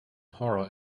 horror